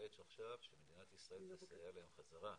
העת שעכשיו מדינת ישראל תסייע להם חזרה,